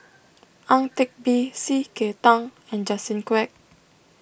Ang Teck Bee C K Tang and Justin Quek